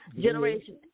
Generation